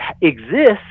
exist